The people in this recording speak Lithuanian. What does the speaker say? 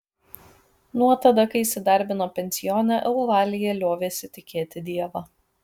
nuo tada kai įsidarbino pensione eulalija liovėsi tikėti dievą